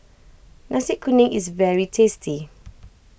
Nasi Kuning is very tasty